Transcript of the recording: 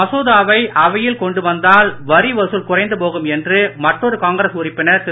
மசோதாவை அவையில் கொண்டு வந்தால் வரி வசூல் குறைந்து போகும் என்று மற்றொரு காங்கிரஸ் உறுப்பினர் திரு